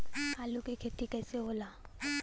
आलू के खेती कैसे होला?